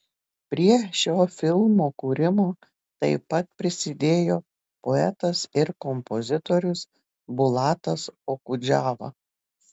prie šio filmo kūrimo taip pat prisidėjo poetas ir kompozitorius bulatas okudžava